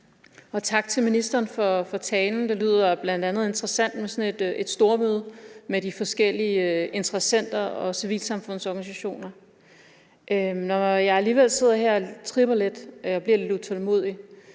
tak til ministeren for talen. Det lyder bl.a. interessant med sådan et stormøde med de forskellige interessenter og civilsamfundsorganisationer. Alligevel sidder jeg her og tripper lidt og bliver lidt utålmodig.